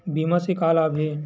बीमा से का लाभ हे?